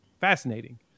Fascinating